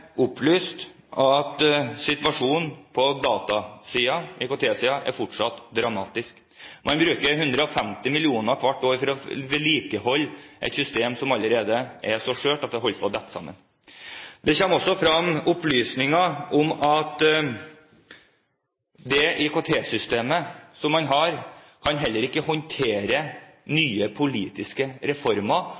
opplyst at situasjonen på IKT-siden fortsatt er dramatisk. Man bruker 150 mill. kr hvert år for å vedlikeholde et system som allerede er så skjørt at det holder på å dette sammen. Det kommer også frem opplysninger om at det IKT-systemet man har, heller ikke kan håndtere nye politiske reformer